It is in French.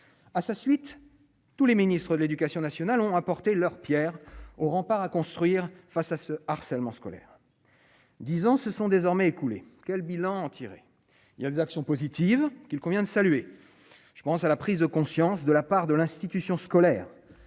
à sa suite, tous les ministres de l'Éducation nationale ont apporté leur Pierre au rempart à construire face à ce harcèlement scolaire 10 ans se sont désormais écoulé, quel bilan tirez il y a des actions positives qu'il convient de saluer, je pense à la prise de conscience de la part de l'institution scolaire,